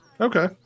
Okay